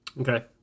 Okay